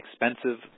expensive